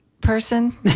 person